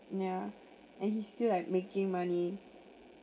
yeah and he's still like making money